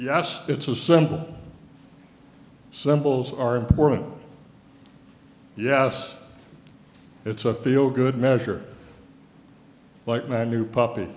yes it's a symbol symbols are important yes it's a feel good measure like my new puppy